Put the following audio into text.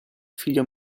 figlio